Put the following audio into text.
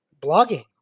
blogging